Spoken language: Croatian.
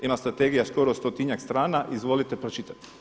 Ima strategija skoro stotinjak strana, izvolite pročitati.